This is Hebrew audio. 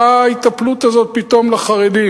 מה ההיטפלות הזאת פתאום לחרדים?